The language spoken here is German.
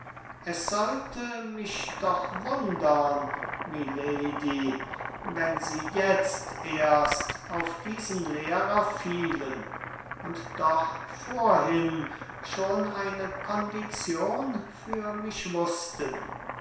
es sollte mich doch wundern milady wenn sie jetzt erst auf diesen lehrer fielen und doch vorhin schon eine condition für mich wußten